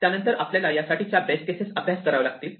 त्यानंतर आपल्याला यासाठीच्या बेस केसेस अभ्यास कराव्या लागतील